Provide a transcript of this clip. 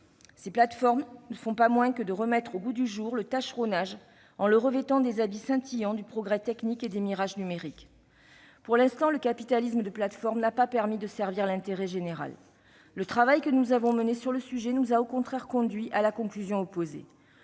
Ces plateformes ne font donc rien de moins que de remettre au goût du jour le tâcheronnage, en le revêtant des habits scintillants du progrès technique et des mirages numériques. Pour l'instant, le capitalisme de plateformes n'a pas permis de servir l'intérêt général. Le travail que nous avons mené sur le sujet nous a au contraire conduits à la conclusion opposée.